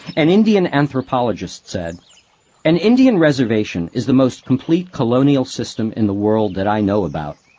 an indian anthropologist said an indian reservation is the most complete colonial system in the world that i know about.